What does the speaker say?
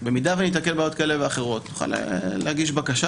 ובמידה וניתקל בבעיות כאלה ואחרות נוכל להגיש בקשות